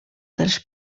dels